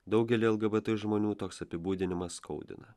daugelį lgbt žmonių toks apibūdinimas skaudina